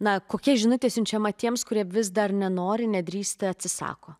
na kokia žinutė siunčiama tiems kurie vis dar nenori nedrįsta atsisako